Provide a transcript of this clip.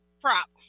prop